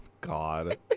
God